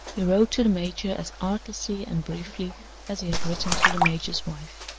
he wrote to the major as artlessly and briefly as he had written to the major's wife.